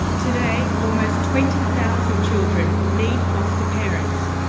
today, almost twenty thousand children need foster parents,